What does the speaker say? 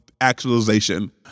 actualization